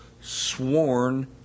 sworn